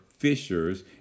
fishers